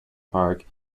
park